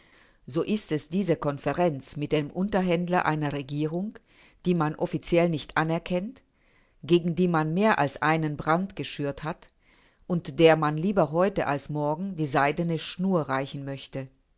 so ist es diese konferenz mit dem unterhändler einer regierung die man offiziell nicht anerkennt gegen die man mehr als einen brand geschürt hat und der man lieber heute als morgen die seidene schnur reichen möchte